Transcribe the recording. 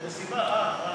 מסיבה.